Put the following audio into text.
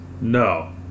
No